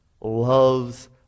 loves